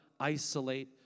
isolate